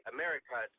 America